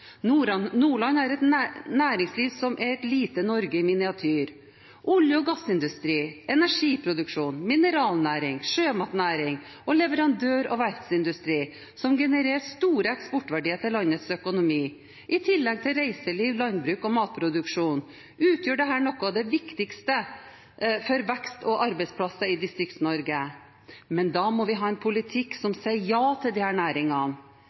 Nordland har et næringsliv som er et Norge i miniatyr: olje- og gassindustri, energiproduksjon, mineralnæring, sjømatnæring og leverandør- og verftsindustri som genererer store eksportverdier til landets økonomi. I tillegg til reiseliv, landbruk og matproduksjon utgjør dette noe av det viktigste for vekst og arbeidsplasser i Distrikts-Norge. Men da må vi ha en politikk som sier ja til disse næringene.